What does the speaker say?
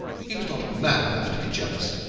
he was not man enough to be jealous.